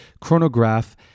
chronograph